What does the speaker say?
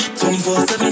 24-7